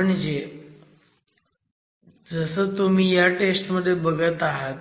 म्हणजे जसं तुम्ही ह्या टेस्ट मध्ये बघत आहात